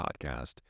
podcast